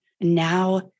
Now